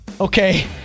Okay